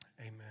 Amen